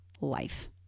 life